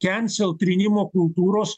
kencel trynimo kultūros